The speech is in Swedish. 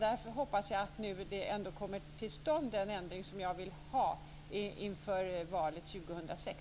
Därför hoppas jag att den ändring som jag vill ha kommer till stånd nu inför valet 2006.